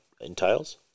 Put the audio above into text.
entails